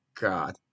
God